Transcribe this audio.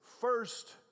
first